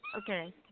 Okay